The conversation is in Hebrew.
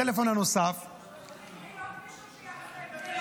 הטלפון הנוסף -- צריך מישהו שיעשה את זה במזכירות.